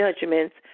judgments